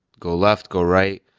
go left, go right.